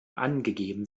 angegeben